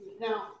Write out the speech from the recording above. Now